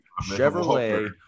chevrolet